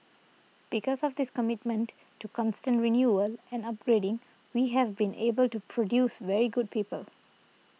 because of this commitment to constant renewal and upgrading we have been able to produce very good people